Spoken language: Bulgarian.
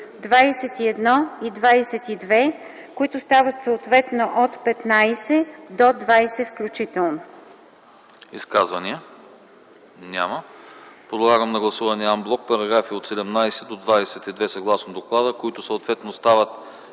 21 и 22, които стават съответно от § 15 до § 20, включително.